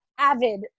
avid